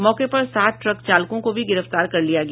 मौके पर सात ट्रक चालकों को भी गिरफ्तार कर लिया गया